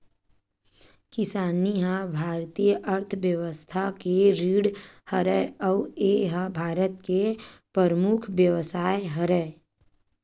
किसानी ह भारतीय अर्थबेवस्था के रीढ़ हरय अउ ए ह भारत के परमुख बेवसाय हरय